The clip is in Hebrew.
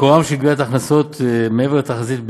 מקורה של גביית ההכנסות מעבר לתחזית,